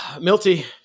Milty